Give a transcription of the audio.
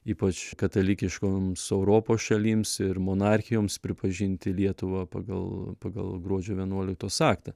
ypač katalikiškoms europos šalims ir monarchijoms pripažinti lietuvą pagal pagal gruodžio vienuoliktos aktą